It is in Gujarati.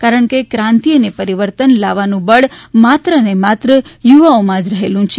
કારણ કે ક્રાંતિ અને પરિવર્તન લાવવાનું બળ માત્રને માત્ર યુવાઓમાં જ રહેલું છે